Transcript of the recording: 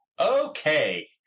Okay